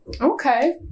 Okay